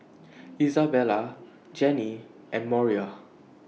Isabella Janey and Moriah